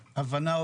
להבנה,